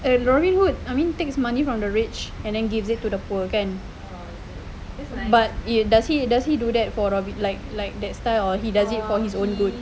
robin hood I mean takes money from the rich and then gives it to the poor kan but he does he does he do that like like that style or he does it for his own good